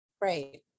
Right